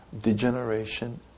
degeneration